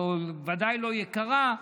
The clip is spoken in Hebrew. או ודאי לא יקרה,